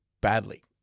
badly